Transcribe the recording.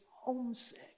homesick